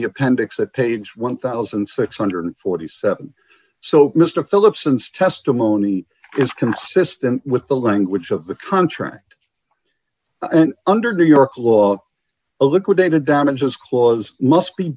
the appendix at page one thousand six hundred and forty seven dollars so mr phillips since testimony is consistent with the language of the contract and under the york law a liquidated damages clause must be